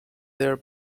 their